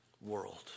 world